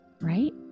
right